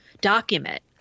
document